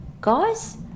Guys